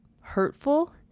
hurtful